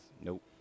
Nope